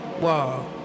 Wow